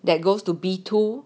that goes to B two